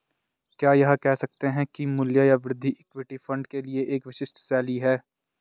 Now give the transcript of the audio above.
क्या यह कह सकते हैं कि मूल्य या वृद्धि इक्विटी फंड के लिए एक विशिष्ट शैली है?